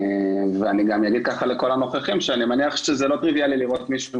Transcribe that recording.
אני מניח שזה לא טריוויאלי לראות מישהו עם